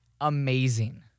amazing